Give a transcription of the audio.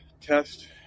test